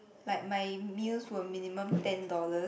like my meals were minimum ten dollars